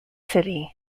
city